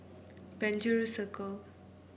Penjuru Circle